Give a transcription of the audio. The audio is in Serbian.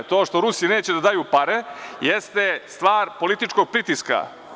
To što Rusi neće da daju pare jeste stvar političkog pritiska.